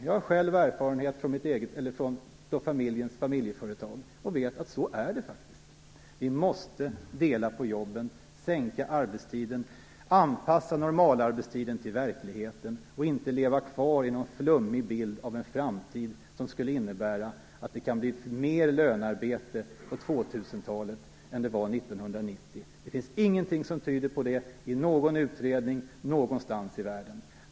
Jag har själv erfarenhet från familjens företag och vet att det faktiskt är så. Vi måste dela på jobben, sänka arbetstiden, anpassa normalarbetstiden till verkligheten och inte leva kvar i någon flummig bild av en framtid som skulle innebära att det kan bli mer lönearbete på 2000-talet än det var 1990. Det finns ingenting som tyder på det i någon utredning någonstans i världen.